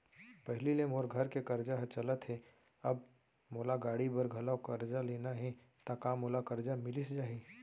पहिली ले मोर घर के करजा ह चलत हे, अब मोला गाड़ी बर घलव करजा लेना हे ता का मोला करजा मिलिस जाही?